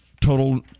total